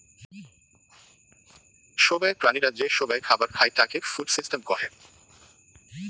সোগায় প্রাণীরা যে সোগায় খাবার খাই তাকে ফুড সিস্টেম কহে